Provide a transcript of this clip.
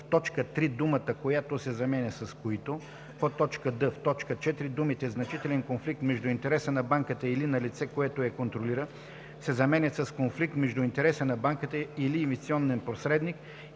в т. 3 думата „която” се заменя с „които”; д) в т. 4 думите „значителен конфликт между интереса на банката или на лице, което я контролира” се заменят с „конфликт между интереса на банката или инвестиционния посредник,